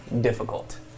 difficult